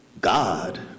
God